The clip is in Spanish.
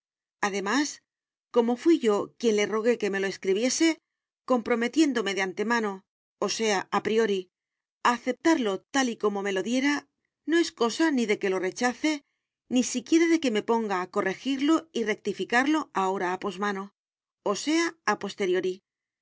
además como fuí yo quien le rogué que me lo escribiese comprometiéndome de antemanoo sea a prioria aceptarlo tal y como me lo diera no es cosa ni de que lo rechace ni siquiera de que me ponga a corregirlo y rectificarlo ahora a posmanoo sea a posteriori